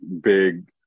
big